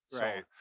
right.